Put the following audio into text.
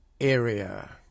area